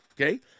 okay